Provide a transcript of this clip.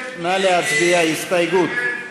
נא להצביע על ההסתייגות.